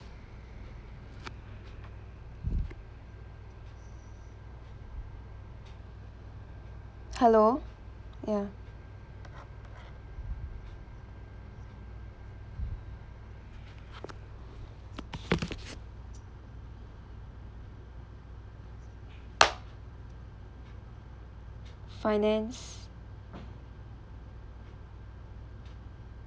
hello ya finance